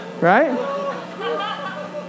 right